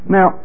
Now